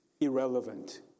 irrelevant